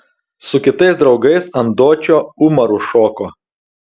su kitais draugais ant dočio umaru šoko